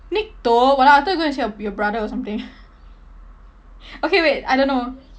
nick toh !walao! I thought you go and say your your brother or something okay wait I don't know